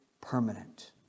permanent